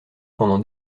pendant